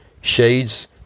shades